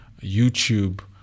YouTube